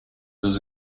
does